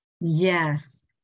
Yes